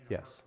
Yes